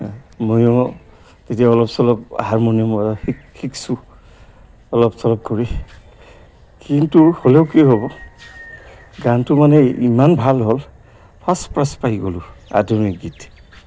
ময়ো তেতিয়া অলপ চলপ হাৰমনিয়াম শ শিকছোঁ অলপ চলপ কৰি কিন্তু হ'লেও কি হ'ব গানটো মানে ইমান ভাল হ'ল ফাৰ্ষ্ট প্ৰাইজ পাই গ'লোঁ আধুনিক গীত